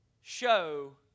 show